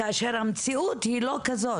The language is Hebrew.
כאשר המציאות היא לא כזאת.